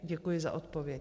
Děkuji za odpověď.